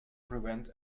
prevent